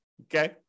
okay